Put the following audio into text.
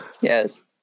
Yes